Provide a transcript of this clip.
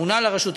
הממונה על הרשות,